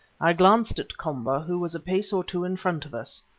i glanced at komba, who was a pace or two in front of us.